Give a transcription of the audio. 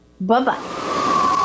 Bye-bye